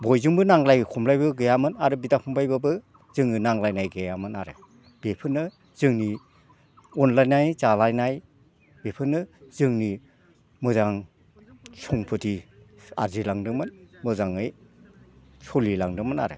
बयजोंबो नांलाय खमलायबो गैयामोन आरो बिदा फंबायबाबो जोङो नांलायनाय गैयामोन आरो बेफोरनो जोंनि अनलायनाय जालायनाय बेफोरनो जोंनि मोजां सम्फथि आर्जिलांदोंमोन मोजाङै सोलिलांदोंमोन आरो